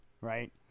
Right